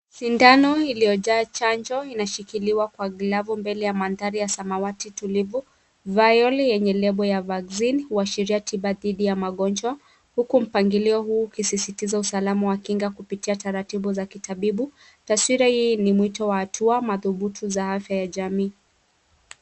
Sindano iliyojaa chanjo inashikiliwa kwa glavu mbele ya mandhari ya samawati tulivu. Vayoli yenye lebo ya vaccine huashiria tiba dhidi ya magonjwa, huku mpangilio huu ukisisitiza usalama wa kinga kupitia taratibu za kitabibu, taswira hii ni mwito wa hatua, mathubutu za afya ya jamii.